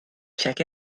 check